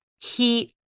heat